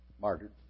martyred